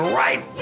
right